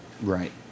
Right